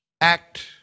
act